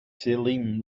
salem